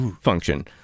function